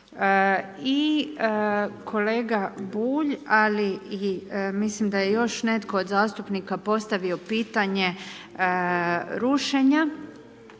I kolega Bulj, ali mislim da je još netko od zastupnika postavio pitanje rušenja